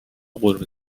قرمه